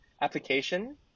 application